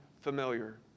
familiar